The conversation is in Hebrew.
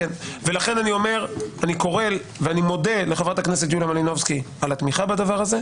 לכן אני מודה לחברת הכנסת יוליה מלינובסקי על התמיכה בדבר הזה.